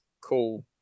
cool